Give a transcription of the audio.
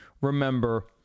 remember